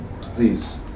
Please